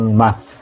math